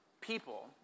people